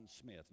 smith